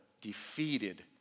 defeated